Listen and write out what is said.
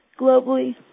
globally